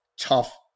tough